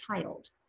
child